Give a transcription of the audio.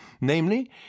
Namely